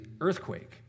earthquake